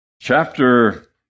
Chapter